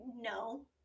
No